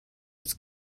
its